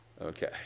okay